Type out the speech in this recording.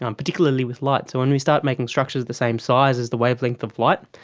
um particularly with light. so when we start making structures the same size as the wavelength of light,